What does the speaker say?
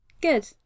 Good